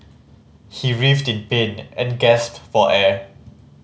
he writhed in pain and gasped for air